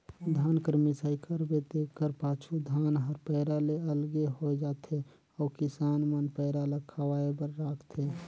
धान कर मिसाई करबे तेकर पाछू धान हर पैरा ले अलगे होए जाथे अउ किसान मन पैरा ल खवाए बर राखथें